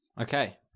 okay